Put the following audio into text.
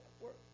work